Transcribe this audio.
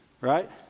Right